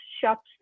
shops